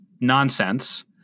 nonsense